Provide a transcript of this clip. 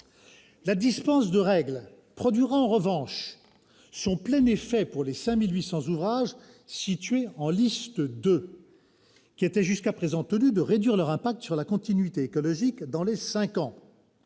La dispense de règles produira en revanche son plein effet pour les 5 800 ouvrages situés en liste 2, qui étaient jusqu'à présent tenus de réduire leur impact sur la continuité écologique dans les cinq